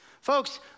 Folks